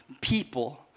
people